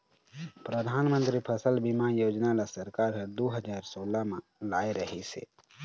परधानमंतरी फसल बीमा योजना ल सरकार ह दू हजार सोला म लाए रिहिस हे